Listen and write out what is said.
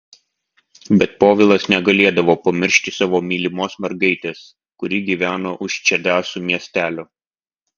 bet povilas negalėdavo pamiršti savo mylimos mergaitės kuri gyveno už čedasų miestelio